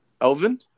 Elvin